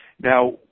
Now